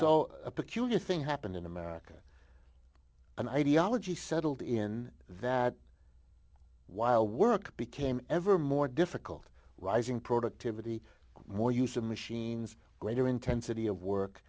so peculiar thing happened in america and ideology settled in that while work became ever more difficult rising productivity more use of machines greater intensity of work